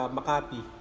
Makati